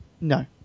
No